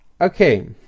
okay